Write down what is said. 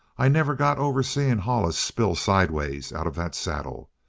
i never got over seeing hollis spill sidewise out of that saddle.